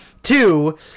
Two